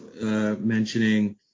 mentioning